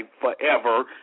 forever